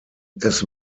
des